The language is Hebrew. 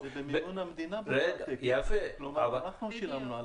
אבל זה במימון המדינה, כלומר אנחנו שילמנו על זה.